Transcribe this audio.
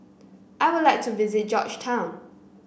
I would like to visit Georgetown